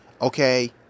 okay